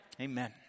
amen